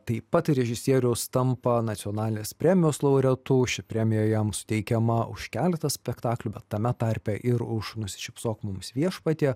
taip pat režisierius tampa nacionalinės premijos laureatu ši premija jam suteikiama už keletą spektaklių bet tame tarpe ir už nusišypsok mums viešpatie